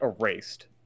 erased